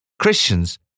Christians